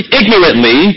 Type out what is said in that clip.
ignorantly